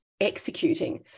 executing